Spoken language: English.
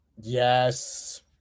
Yes